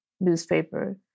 newspaper